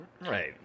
Right